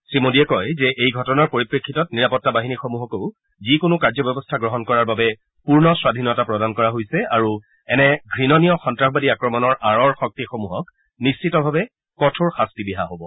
শ্ৰীমোদীয়ে কয় যে এই ঘটনাৰ পৰিপ্ৰেক্ষিতত নিৰাপত্তা বাহিনীসমূহকো যিকোনো কাৰ্যব্যৱস্থা গ্ৰহণ কৰাৰ বাবে পূৰ্ণ স্বাধীনতা প্ৰদান কৰা হৈছে আৰু এনে ঘণনীয় সন্তাসবাদী আক্ৰমণৰ আঁৰৰ শক্তিসমূহক নিশ্চিতভাৱে কঠোৰ শাস্তি বিহা হ'ব